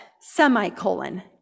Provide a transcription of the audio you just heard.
semicolon